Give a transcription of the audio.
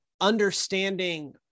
understanding